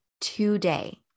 today